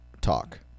Talk